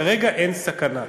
כרגע אין סכנה.